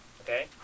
Okay